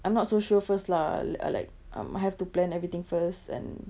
I'm not so sure first lah uh ah like um I have to plan everything first and